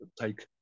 take